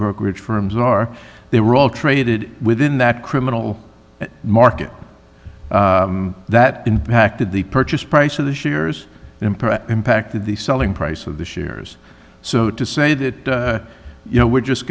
brokerage firms are they were all traded within that criminal market that impacted the purchase price of this year's impact impacted the selling price of the shares so to say that you know we're just